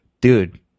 dude